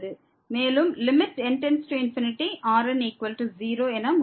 மேலும் Rn 0 என முடிக்கிறோம்